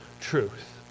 truth